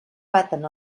baten